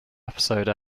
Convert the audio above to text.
episode